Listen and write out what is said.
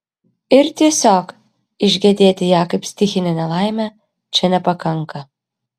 ir tiesiog išgedėti ją kaip stichinę nelaimę čia nepakanka